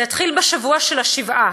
זה התחיל בשבוע של השבעה.